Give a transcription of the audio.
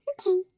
Okay